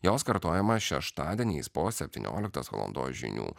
jos kartojamą šeštadieniais po septynioliktos valandos žinių